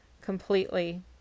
completely